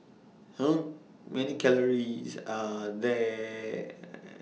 How Many Calories Does Are The